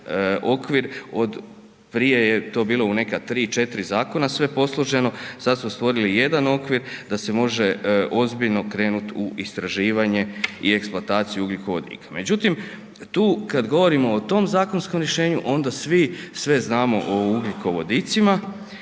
okvir od prije je to bilo u neka 3, 4 zakona sve posloženo, sada smo stvorili jedan okvir, da se može ozbiljno krenuti u istraživanje i eksplantaciju ugljikovodika. Međutim, tu kada govorimo o tom zakonskom riješenju, onda svi sve znamo o ugljikovodicima,